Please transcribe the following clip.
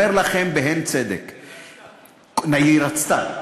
אומר לכם, בהן צדק, היא רצתה.